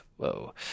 Whoa